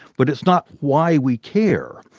but it's not why we care.